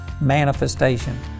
manifestation